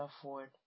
afford